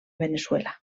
veneçuela